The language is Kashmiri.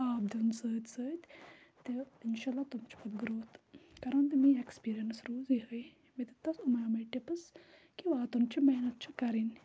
آب دیُن سۭتۍ سۭتۍ تہٕ اِنشاء اللہ تِم چھِ پَتہٕ گرٛوتھ کَران تہٕ میٛٲنۍ اٮ۪کٕسپیٖریَنٕس روٗز یِہوٚے مےٚ دیُت تَتھ یِمَے یِمَے ٹِپٕس کہِ واتُن چھِ محنت چھِ کَرٕنۍ